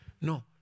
No